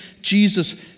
Jesus